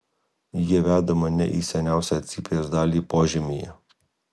jie veda mane į seniausią cypės dalį požemyje